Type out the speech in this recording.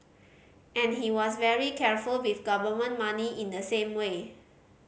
and he was very careful with government money in the same way